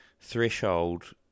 threshold